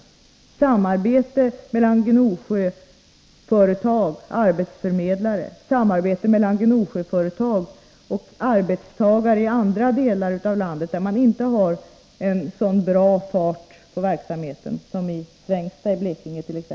Det är fråga om ett samarbete mellan Gnosjöföretag och arbetsförmedlare liksom om samarbete mellan Gnosjöföretag och arbetstagare i andra delar av landet, där man inte har en sådan bra fart på verksamheten, som t.ex. i Svängsta i Blekinge.